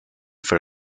for